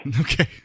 Okay